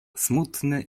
smutny